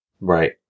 Right